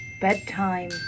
Bedtime